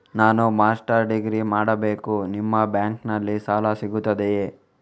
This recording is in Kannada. ನಾನು ಮಾಸ್ಟರ್ ಡಿಗ್ರಿ ಮಾಡಬೇಕು, ನಿಮ್ಮ ಬ್ಯಾಂಕಲ್ಲಿ ಸಾಲ ಸಿಗುತ್ತದೆಯೇ?